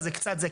אז זה קצת זה,